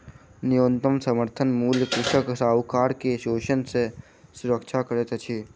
न्यूनतम समर्थन मूल्य कृषक साहूकार के शोषण सॅ सुरक्षा करैत अछि